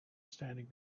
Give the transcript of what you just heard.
standing